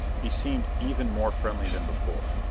he seemed even more friendly than before.